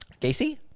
Gacy